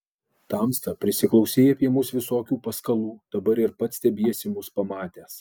tamsta prisiklausei apie mus visokių paskalų dabar ir pats stebiesi mus pamatęs